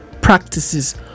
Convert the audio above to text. practices